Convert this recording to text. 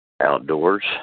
outdoors